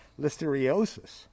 listeriosis